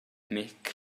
mhic